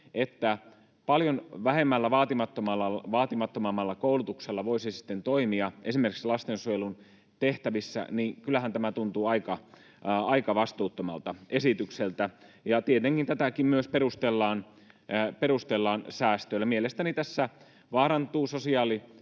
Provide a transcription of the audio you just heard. että paljon vähemmällä ja vaatimattomammalla koulutuksella voisi sitten toimia esimerkiksi lastensuojelun tehtävissä, tuntuu aika vastuuttomalta esitykseltä. Ja tietenkin tätäkin perustellaan säästöillä. Mielestäni tässä vaarantuu sosiaalihuollon